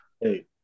Hey